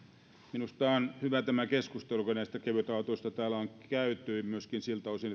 minusta tämä keskustelu jota kevytautoista täällä on käyty on hyvä myöskin siltä osin